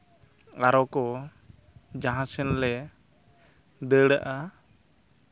ᱟᱨᱚ ᱠᱚ ᱡᱟᱦᱟᱸ ᱥᱮᱱᱞᱮ ᱫᱟᱹᱲᱟᱜᱼᱟ